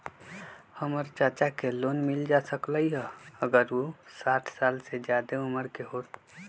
हमर चाचा के लोन मिल जा सकलई ह अगर उ साठ साल से जादे उमर के हों?